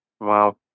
wow